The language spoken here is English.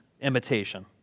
imitation